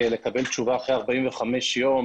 לקבל תשובה אחרי 45 ימים,